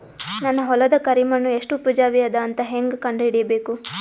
ನನ್ನ ಹೊಲದ ಕರಿ ಮಣ್ಣು ಎಷ್ಟು ಉಪಜಾವಿ ಅದ ಅಂತ ಹೇಂಗ ಕಂಡ ಹಿಡಿಬೇಕು?